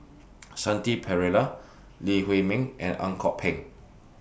Shanti Pereira Lee Huei Min and Ang Kok Peng